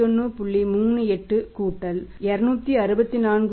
38 கூட்டல் 264